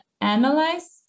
analyze